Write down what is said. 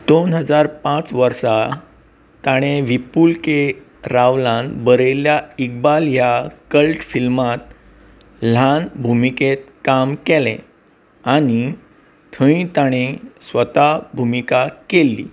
दोन हजार पांच वर्सा ताणें विपुल के रावलान बरयल्ल्या इकबाल ह्या कल्ट फिल्मांत ल्हान भुमिकेत काम केलें आनी थंय ताणें स्वता भुमिका केल्ली